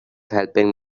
helping